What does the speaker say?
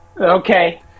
Okay